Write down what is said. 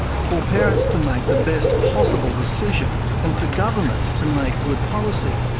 for parents to make the best possible decision, and for governments to make good policy,